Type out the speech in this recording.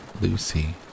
Lucy